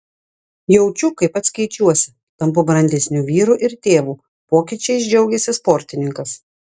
jaučiu kaip pats keičiuosi tampu brandesniu vyru ir tėvu pokyčiais džiaugėsi sportininkas